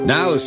Now